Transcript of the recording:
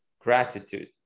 gratitude